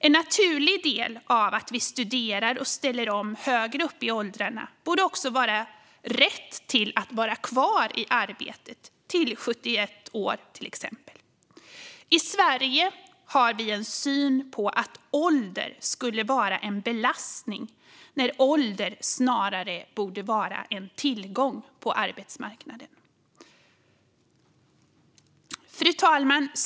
En naturlig del av att vi studerar och ställer om högre upp i åldrarna borde också vara rätten att vara kvar i arbete till exempelvis 71 år. I Sverige har vi en syn på att ålder skulle vara en belastning, när ålder snarare borde vara en tillgång på arbetsmarknaden.